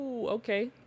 okay